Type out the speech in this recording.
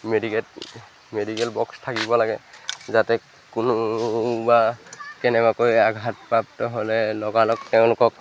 মেডিকেট medical box থাকিব লাগে যাতে কোনো বা কেনেবাকৈ আঘাত প্ৰাপ্ত হ'লে লগালগ তেওঁলোকক